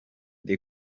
the